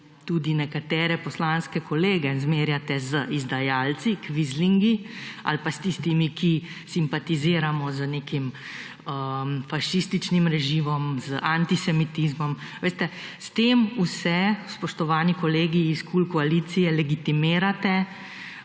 tudi nekatere poslanske kolege zmerjate z izdajalci, kvizlingi ali pa s tistimi, ki simpatiziramo z nekim fašističnim režimom, z antisemitizmom. Veste, s tem vse, spoštovani kolegi iz KUL koalicije, legitimirate